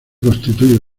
constituye